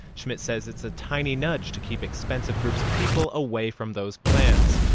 schmid says it's a tiny nudge to keep expensive groups of people away from those plans.